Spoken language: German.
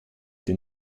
den